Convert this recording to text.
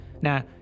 Now